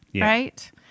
right